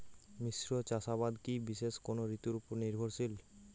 মিশ্র চাষাবাদ কি বিশেষ কোনো ঋতুর ওপর নির্ভরশীল?